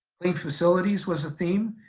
clean facilities was a theme.